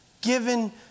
given